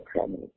family